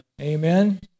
Amen